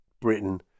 Britain